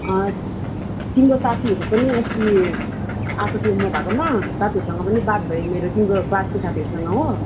तिम्रो साथीहरू पनि अस्ति आएको थियो म भएकोमा साथीहरूसँग पनि बात भयो मेरो तिम्रो क्लासको साथीहरूसँग हो